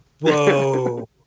Whoa